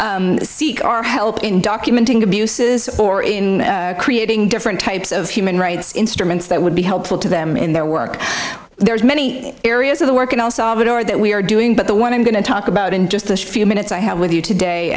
seek our help in documenting abuses or in creating different types of human rights instruments that would be helpful to them in their work there's many areas of the work and also that are that we are doing but the one i'm going to talk about in just a few minutes i have with you today